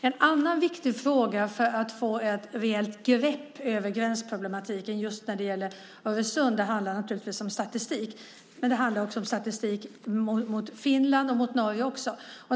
En annan viktig fråga för att få ett reellt grepp om gränsproblematiken just när det gäller Öresund är naturligtvis statistik. Det handlar om statistik i fråga om Finland och Norge också.